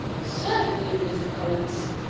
certainly, mr. collins.